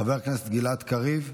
חבר הכנסת גלעד קריב,